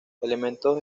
elementos